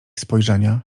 spojrzenia